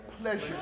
pleasure